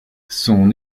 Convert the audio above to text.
son